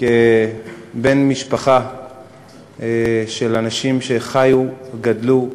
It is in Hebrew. כבן משפחה של אנשים שחיו, גדלו,